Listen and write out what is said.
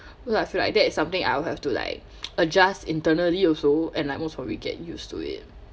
so I feel like that is something I'll have to like adjust internally also and like most probably get used to it